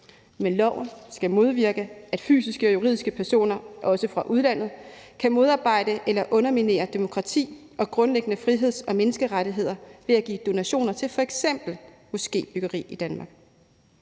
men loven skal modvirke, at fysiske og juridiske personer – også fra udlandet – kan modarbejde eller underminere demokrati og grundlæggende friheds- og menneskerettigheder ved at give donationer til f.eks. moskébyggeri i Danmark.